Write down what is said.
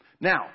Now